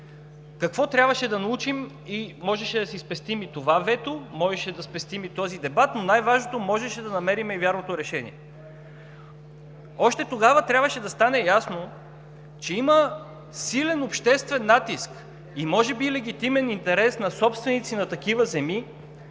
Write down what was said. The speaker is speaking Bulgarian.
Какво трябваше да научим? Можеше да си спестим и това вето, можеше да си спестим и този дебат, но най-важното – можеше да намерим и вярното решение. Още тогава трябваше да стане ясно, че има силен обществен натиск и може би легитимен интерес на собствениците на такива земи,